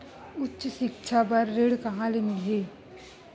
उच्च सिक्छा बर ऋण कहां ले मिलही?